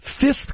fifth